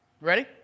Ready